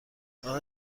راه